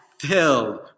filled